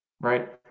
right